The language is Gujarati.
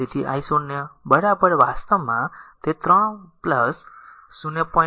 તેથી i 0 વાસ્તવમાં તે 3 આ 0